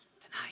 Tonight